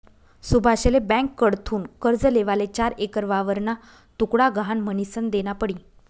सुभाषले ब्यांककडथून कर्ज लेवाले चार एकर वावरना तुकडा गहाण म्हनीसन देना पडी